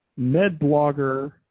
MedBlogger